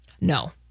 No